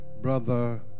Brother